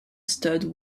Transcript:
stud